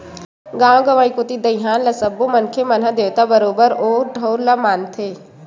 गाँव गंवई कोती दईहान ल सब्बो मनखे मन ह देवता बरोबर ओ ठउर ल मानथे